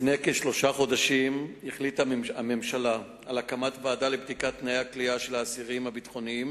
לפני כחודשיים עלתה סוגיית תנאי מאסרם של האסירים הביטחוניים